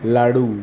लाडू